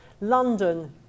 London